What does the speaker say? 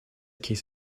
case